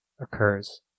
occurs